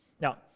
Now